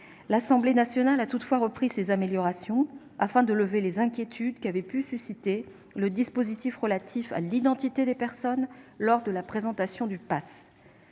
L'Assemblée nationale a toutefois repris ces améliorations, afin de lever les inquiétudes qu'avait pu susciter le dispositif relatif à l'identité des personnes lors de la présentation du passe.